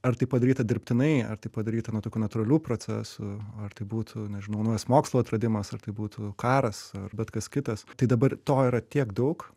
ar tai padaryta dirbtinai ar tai padaryta nu tokių natūralių procesų ar tai būtų nežinau mokslo atradimas ar tai būtų karas ar bet kas kitas tai dabar to yra tiek daug